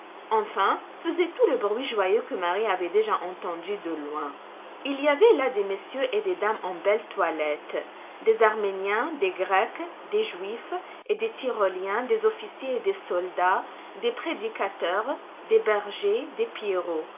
enfin faisaient tout le bruit joyeux que marie avait déjà entendu de loin il y avait là des messieurs et des dames en belle toilette des arméniens des grecs des juifs et des tyroliens des officiers et des soldats des prédicateurs des